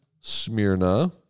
Smyrna